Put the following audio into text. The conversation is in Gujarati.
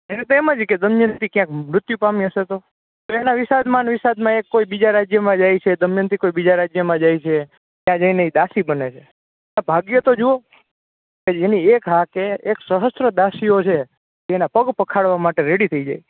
એને તો એમજ કે દમયંતી ક્યાંક મૃત્યુ પામી હશે તો અને એના વિષાદમાંને વિષાદમાં એ કોઈ બીજા રાજ્યમાં જાય છે દમયંતી કોઈ બીજા રાજ્યમાં જાય છે ત્યાં જઈને ઈ દાસી બને છે એ ભાગ્ય તો જુઓ કે જેની એક હાંકે એક સહસ્ત્ર દાસીઓ છે જે એના પગ પખાળવા માટે રેડી થઈ જાય